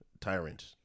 tyrant